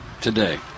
today